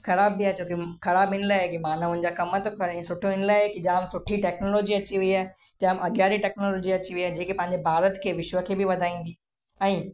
ख़राब बि आहे छोकी ख़राब हिन लाइ आहे की मानवनि जा कम थो करे सुठो इन लाइ आहे की जाम सुठी टैक्नोलॉजी अची वई आहे जाम अगयारी टैक्नोलॉजी अची वई आहे जेके पंहिंजे भारत खे विश्व खे बि वधाईंदी ऐं